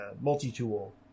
multi-tool